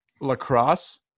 lacrosse